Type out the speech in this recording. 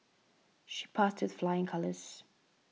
she passed with flying colours